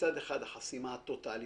מצד אחד, החסימה הטוטלית.